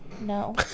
No